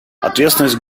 ответственность